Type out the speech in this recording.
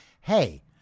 Hey